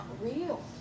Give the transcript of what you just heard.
real